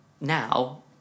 now